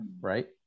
right